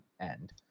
end